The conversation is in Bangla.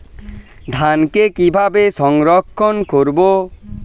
ধানকে কিভাবে সংরক্ষণ করব?